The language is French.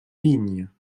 vignes